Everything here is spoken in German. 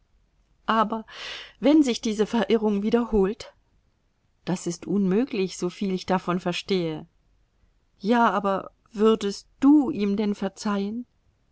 aber wenn sich diese verirrung wiederholt das ist unmöglich soviel ich davon verstehe ja aber würdest du ihm denn verzeihen